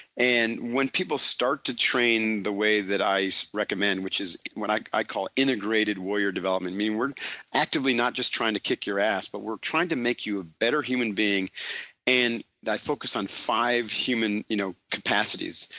and when people start to train the way that i recommend which is what i i call integrated warrior development, i mean we're actively not just trying to kick your ass but we're trying to make you ah better human being and that focuses on five human you know capacities.